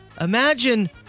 Imagine